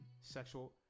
sexual